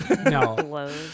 No